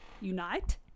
unite